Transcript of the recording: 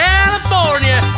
California